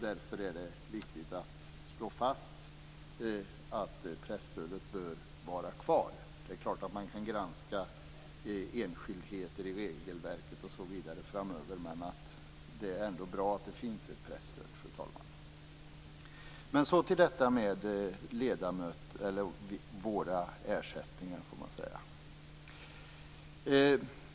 Därför är det viktigt att slå fast att presstödet bör vara kvar. Det är klart att man kan granska enskildheter i regelverket osv. framöver, men det är ändå bra att det finns ett presstöd, fru talman. Så går jag över till detta med våra ersättningar.